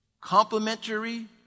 complementary